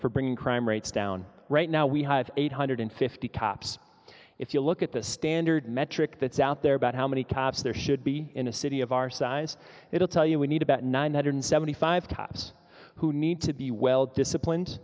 for bringing crime rates down right now we have eight hundred fifty cops if you look at the standard metric that's out there about how many cops there should be in a city of our size it will tell you we need about nine hundred seventy five cops who need to be well disciplined